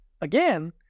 Again